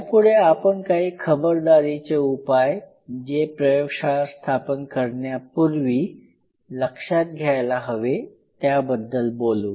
यापुढे आपण काही खबरदारीचे उपाय जे प्रयोगशाळा स्थापन करण्यापूर्वी लक्षात घ्यायला हवे त्याबद्दल बोलू